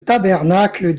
tabernacle